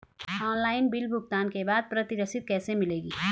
Online bill भुगतान के बाद प्रति रसीद कैसे मिलेगी?